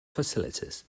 facilities